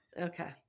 okay